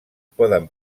poden